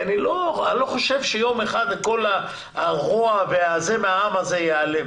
אני לא חושב שיום אחד כל הרוע בעם הזה ייעלם